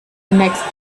next